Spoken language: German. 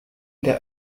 der